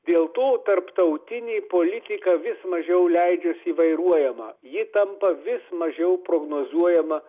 dėl to tarptautinė politika vis mažiau leidžias įvairuojama ji tampa vis mažiau prognozuojama